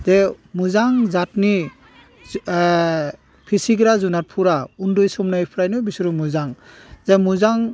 जे मोजां जादनि फिसिग्रा जुनादफोरा उन्दै समनिफ्रायनो बिसोरो मोजां जा मोजां